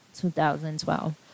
2012